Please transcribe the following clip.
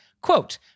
Quote